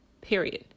period